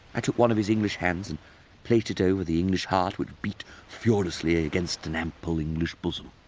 i took one of his english hands and placed it over the english heart which beat furiously against an ample english bosom.